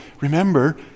remember